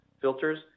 filters